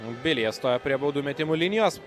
vilija stoja prie baudų metimų linijos